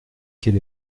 quel